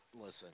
Listen